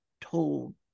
told